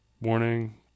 morning